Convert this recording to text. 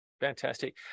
Fantastic